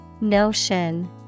Notion